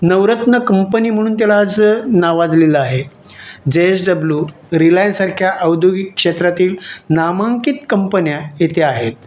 नवरत्न company म्हणून त्याला आज नावाजलेलं आहे जे एस डब्लू रिलायन्स सारख्या औद्योगिक क्षेत्रातील नामांकित कंपन्या इथे आहेत